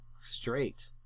straight